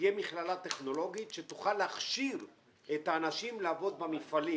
שתהיה מכללה טכנולוגית שתוכל להכשיר את האנשים לעבוד במפעלים